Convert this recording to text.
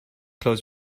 close